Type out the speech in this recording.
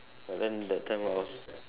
but then that time I was